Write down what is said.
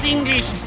English